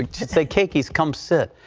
she said cakey come sit,